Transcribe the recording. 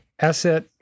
asset